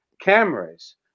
cameras